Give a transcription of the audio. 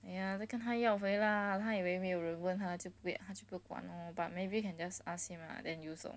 ya then 跟他要回 lah 他以为没有人问他就不会他就不管 lor but maybe 你 just ask him lah then use lor